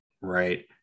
Right